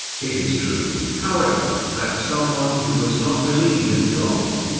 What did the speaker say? it is true, however, that someone who does not believe in god,